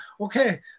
okay